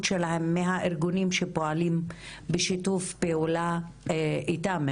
שלהם מהארגונים שפועלים בשיתוף פעולה איתם.